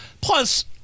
Plus